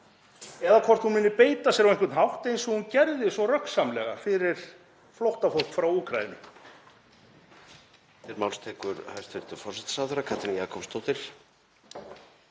eða hvort hún muni beita sér á einhvern hátt eins og hún gerði svo röggsamlega fyrir flóttafólk frá Úkraínu.